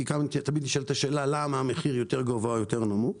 כי כאן תמיד נשאלת השאלה למה המחיר גבוה יותר או נמוך יותר